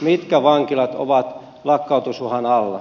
mitkä vankilat ovat lakkautusuhan alla